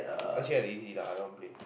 actually easy lah I don't want play